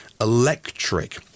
Electric